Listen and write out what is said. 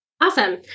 Awesome